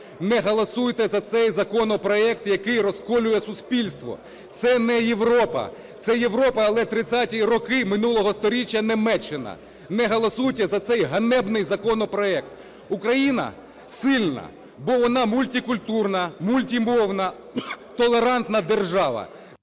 не голосуйте за цей законопроект, який розколює суспільство. Це не Європа. Це Європа, але 30-і роки минулого сторіччя Німеччина. Не голосуйте за цей ганебний законопроект. Україна сильна, бо вона мультикультурна, мультимовна, толерантна держава.